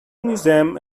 museum